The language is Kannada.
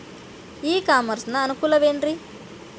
ಇ ಕಾಮರ್ಸ್ ನ ಅನುಕೂಲವೇನ್ರೇ?